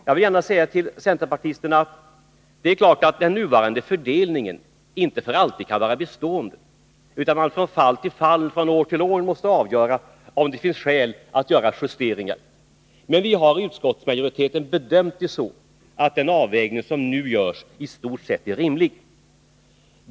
Jag vill gärna säga till centerpartisterna att det är klart att den nuvarande fördelningen inte för alltid kan vara bestående, utan att man från fall till fall och från år till år måste avgöra om det finns skäl att göra justeringar. Men utskottsmajoriteten har bedömt den avvägning som nu görs som i stort sett rimlig.